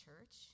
church